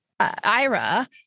Ira